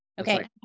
Okay